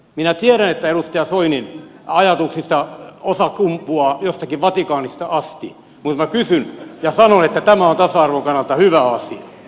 minä tiedän että edustaja soinin ajatuksista osa kumpuaa jostakin vatikaanista asti mutta minä kysyn tätä ja sanon että tämä on tasa arvon kannalta hyvä asia